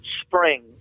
spring